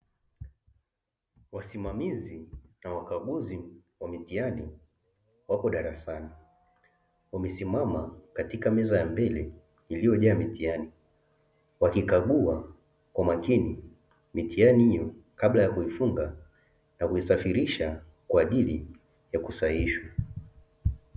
Wasimamizi na wakaguzi wa mitihani wako darasani wamesimama katika meza ya mbele iliyojaa mitihani, wakikagua kwa makini mitihani hiyo kabla ya kuifunga na kuisafirisha kwa ajili ya kusahihishwa.